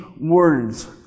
words